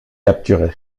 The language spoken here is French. capturé